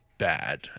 bad